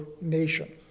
nation